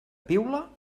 piula